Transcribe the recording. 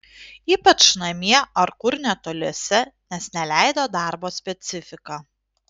ypač namie ar kur netoliese nes neleido darbo specifika